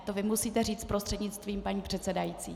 To vy musíte říct, prostřednictvím paní předsedající.